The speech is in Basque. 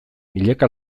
milaka